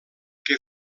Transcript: que